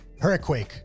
Hurricane